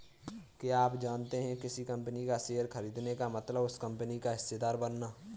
क्या आप जानते है किसी कंपनी का शेयर खरीदने का मतलब उस कंपनी का हिस्सेदार बनना?